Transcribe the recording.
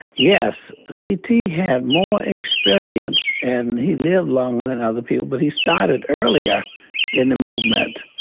yes. c. t. had more experience and he lived longer than other people. but he started earlier in the movement.